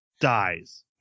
dies